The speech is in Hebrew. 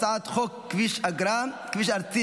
אני קובע כי הצעת חוק לתיקון פקודת סדר הדין הפלילי